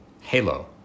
HALO